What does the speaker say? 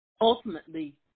ultimately